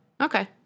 Okay